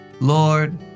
Lord